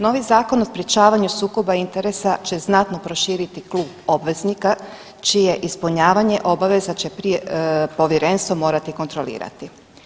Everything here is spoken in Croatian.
Novi Zakon o sprječavanju sukoba interesa će znatno proširiti klub obveznika čije ispunjavanje obaveza će prije povjerenstva morati kontrolirati.